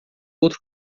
outro